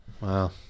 Wow